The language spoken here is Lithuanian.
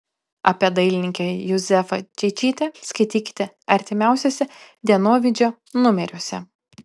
apie dailininkę juzefą čeičytę skaitykite artimiausiuose dienovidžio numeriuose